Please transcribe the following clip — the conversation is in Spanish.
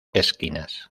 esquinas